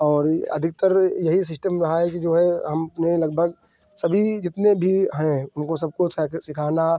और यह अधिकतर यही सिस्टम रहा है कि जो है हमने लगभग सभी जितने भी हैं उनको सबको सिखाना